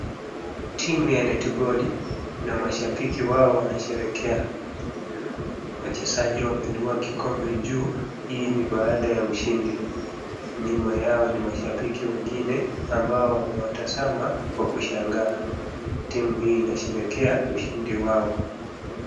Timu ya netiboli na mashabiki wao wanasherehekea. Wachezaji wameinua kikombe juu, hii ni baada ya ushindi. Nyuma yao ni mashabiki wengine, ambao wamewatizama kwa kushang'aa. Timu hii inasherehekea ushindi wao.